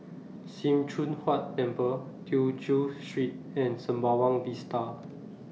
SIM Choon Huat Temple Tew Chew Street and Sembawang Vista